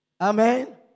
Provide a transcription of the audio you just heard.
Amen